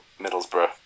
Middlesbrough